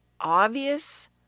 obvious